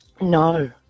No